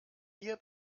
hier